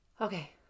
Okay